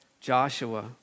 Joshua